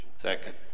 Second